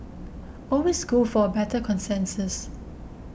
always go for a better consensus